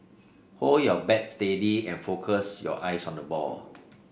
hold your bat steady and focus your eyes on the ball